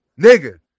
nigga